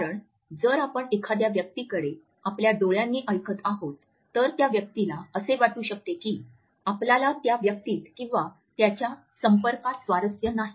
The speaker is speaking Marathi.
कारण जर आपण एखाद्या व्यक्तीकडे आपल्या डोळ्यांनी ऐकत आहोत तर त्या व्यक्तीला असे वाटू शकते की आपल्याला त्या व्यक्तीत किंवा त्याच्या संपर्कात स्वारस्य नाही